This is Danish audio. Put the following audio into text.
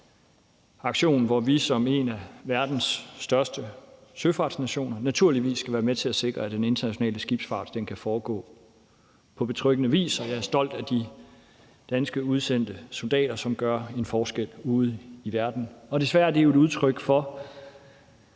aktion, hvor vi som en af verdens største søfartsnationer naturligvis skal være med til at sikre, at den internationale skibsfart kan foregå på betryggende vis, og jeg er stolt af de danske udsendte soldater, som gør en forskel ude i verden. Desværre er det jo et udtryk for,